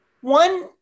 One